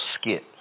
skit